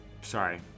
sorry